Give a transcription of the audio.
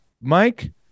Mike